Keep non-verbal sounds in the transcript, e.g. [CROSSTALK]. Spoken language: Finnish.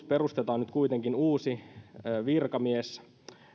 [UNINTELLIGIBLE] perustetaan nyt kuitenkin uusi virkamies